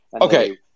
Okay